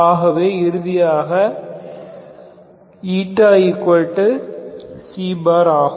ஆகவே இறுதியாக η ஆகும்